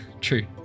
true